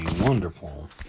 wonderful